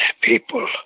people